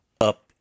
up